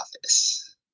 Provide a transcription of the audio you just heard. office